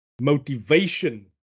motivation